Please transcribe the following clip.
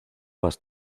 más